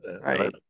Right